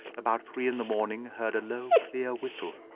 about three in the morning, heard a low, clear whistle.